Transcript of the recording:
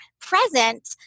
present